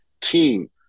team